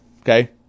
Okay